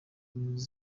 impunzi